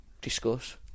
Discuss